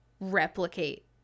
replicate